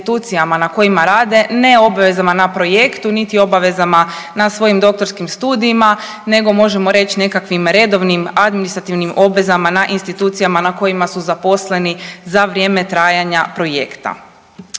na kojima rade, ne obvezama na projektu niti obavezama na svojim doktorskim studijima nego možemo reći nekakvim redovnim administrativnim obvezama na institucijama na kojima su zaposleni za vrijeme trajanja projekta.